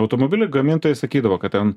automobilių gamintojai sakydavo kad ten